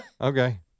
Okay